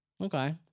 Okay